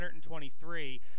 123